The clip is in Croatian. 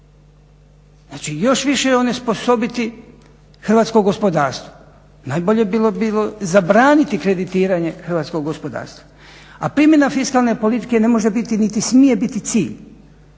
Znači još više onesposobiti hrvatsko gospodarstvo. Najbolje bi bilo zabraniti kreditiranje hrvatskog gospodarstva. A primjena fiskalne politike ne može biti, niti smije biti cilj